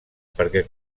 perquè